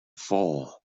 fall